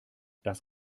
das